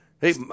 Hey